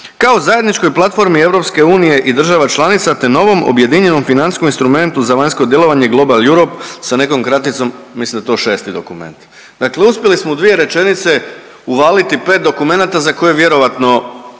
„kao zajedničkoj platformi EU i država članica te novom objedinjenom financijskom instrumentu za vanjsko djelovanje Global Europa“ sa nekom kraticom mislim da je to šesti dokument. Dakle, uspjeli smo u dvije rečenice uvaliti pet dokumenta za koje vjerovatno